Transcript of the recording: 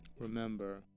remember